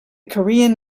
korean